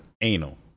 Anal